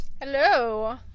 Hello